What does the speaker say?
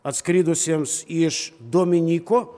atskridusiems iš dominyko